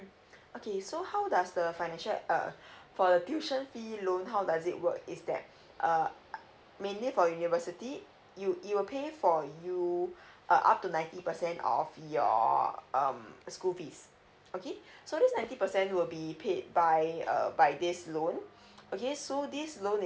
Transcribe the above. okay so how does the financial uh for the tuition fee loan how does it work is that err mainly for university you it will pay for you uh up to ninety percent of your um school fees okay so this ninety percent will be paid by uh by this loan okay so this loan